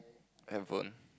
handphone